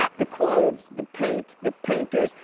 the clothes, the paint, the painters,